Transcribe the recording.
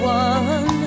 one